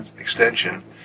Extension